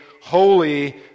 holy